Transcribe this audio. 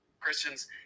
Christians